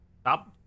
stop